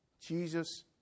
Jesus